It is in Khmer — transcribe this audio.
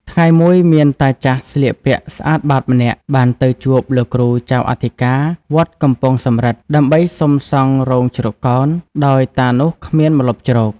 ថ្ងៃមួយមានតាចាស់ស្លៀកពាក់ស្អាតបាតម្នាក់ បានទៅជួបលោកគ្រូចៅអធិការវត្តកំពង់សំរឹទ្ធ ដើម្បីសុំសង់រោងជ្រកកោន ដោយតានោះគ្មានម្លប់ជ្រក ។